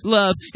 love